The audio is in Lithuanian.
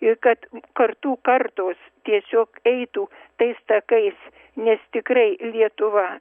ir kad kartų kartos tiesiog eitų tais takais nes tikrai lietuva